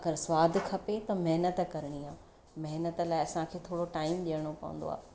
अगरि स्वादु खपे त महिनत करिणी आहे महिनत लाइ असांखे थोरो टाइम ॾियणो पवंदो आहे